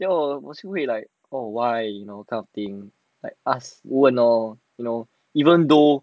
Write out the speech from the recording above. then hor 我是会 like oh why you know kind of thing like ask 问 lor you know even though